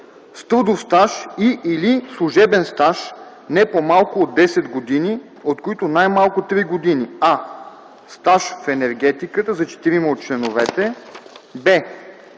с трудов стаж и/или служебен стаж не по-малко от 10 години, от които най-малко 3 години: а) стаж в енергетиката за четирима от членовете; б)